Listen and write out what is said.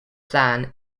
plan